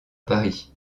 paris